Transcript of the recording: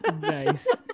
Nice